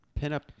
pinup